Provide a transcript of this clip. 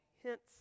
hints